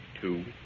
two